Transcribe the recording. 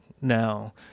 Now